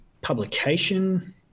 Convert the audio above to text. publication